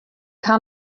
haw